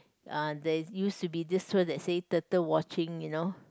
uh there used to be this tour that say turtle watching you know